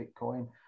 Bitcoin